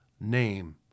name